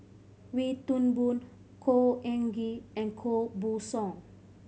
Wee Toon Boon Khor Ean Ghee and Koh Buck Song